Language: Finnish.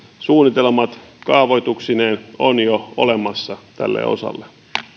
suunnitelmat kaavoituksineen ovat jo olemassa tälle osalle